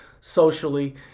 socially